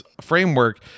framework